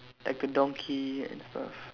like a donkey and stuff